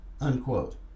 unquote